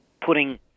putting